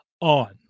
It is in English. on